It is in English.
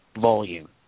volume